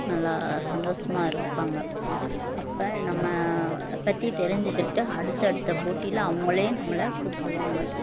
நல்லா சந்தோஷமா இருப்பாங்க அப்போ நம்மளை பற்றி தெரிஞ்சுக்கிட்டு அடுத்தடுத்த போட்டியில் அவங்களே நம்மளை கூப்பிடுவாங்க